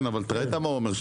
אבל תראה מה הוא אומר,